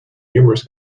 numerous